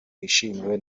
wishimiwe